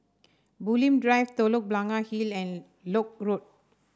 Bulim Drive Telok Blangah Hill and Lock Road